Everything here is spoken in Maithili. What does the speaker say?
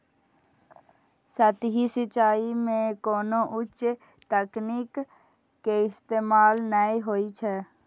सतही सिंचाइ मे कोनो उच्च तकनीक के इस्तेमाल नै होइ छै